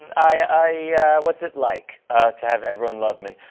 and i what's it like to have everyone love me?